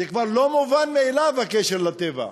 כבר לא מובן מאליו הקשר לטבע,